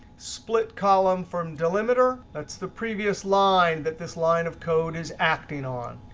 split column from delimiter, that's the previous line that this line of code is acting on.